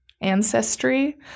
ancestry